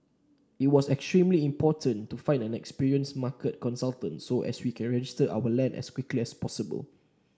it was extremely important to find an experienced market consultant so we can register our land as quickly as possible